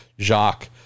Jacques